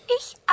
Ich